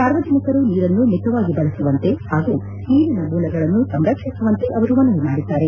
ಸಾರ್ವಜನಿಕರು ನೀರನ್ನು ಮಿತವಾಗಿ ಬಳಸುವಂತೆ ಪಾಗೂ ನೀರಿನ ಮೂಲಗಳನ್ನು ಸಂರಕ್ಷಿಸುವಂತೆ ಅವರು ಮನವಿ ಮಾಡಿದ್ದಾರೆ